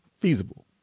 Feasible